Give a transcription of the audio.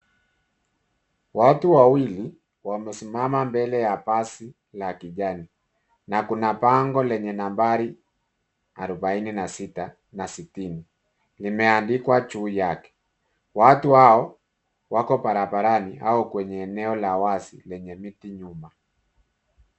Watu wawili wamesimama mbele ya basi la kijani na kuna bango lenye nambari arubaini na sita na sitini kimetandikwa juu yake. Watu hao wako barabarani au kwenye eneo la wazi lenye miti nyuma.